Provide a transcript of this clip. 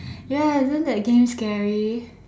ya isn't that game scary